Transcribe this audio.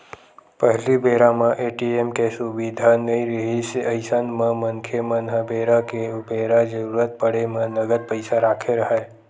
पहिली बेरा म ए.टी.एम के सुबिधा नइ रिहिस अइसन म मनखे मन ह बेरा के उबेरा जरुरत पड़े म नगद पइसा रखे राहय